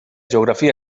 geografia